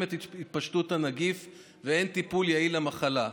את התפשטות הנגיף ואין טיפול יעיל למחלה.